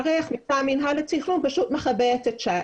שמינהל התכנון פשוט מכבה את הצ'ט.